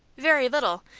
very little,